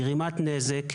גרימת נזק,